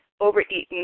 overeaten